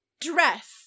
dress